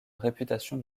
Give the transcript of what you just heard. réputation